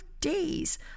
days